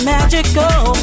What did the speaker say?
magical